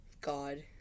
God